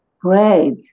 Great